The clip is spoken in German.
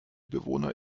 bewohner